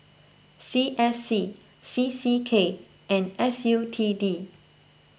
C S C C C K and S U T D